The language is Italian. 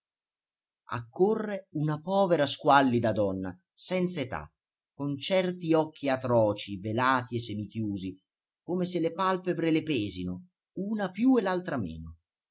accorre una povera squallida donna senz'età con certi occhi atroci velati e semichiusi come se le palpebre le pesino una più e l'altra meno